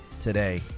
today